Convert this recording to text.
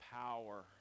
power